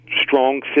strong